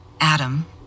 Adam